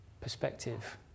perspective